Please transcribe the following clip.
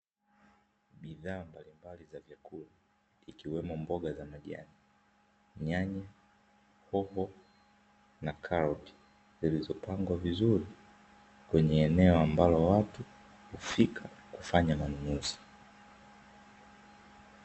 Bidhaa mbalimbali za vyakula ikiwemo mboga za majani, nyanya, hoho na karoti zilizopangwa vizuri kwenye eneo ambalo watu hufika kufanya manunuzi.